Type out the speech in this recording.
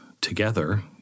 together